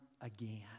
again